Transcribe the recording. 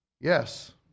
Yes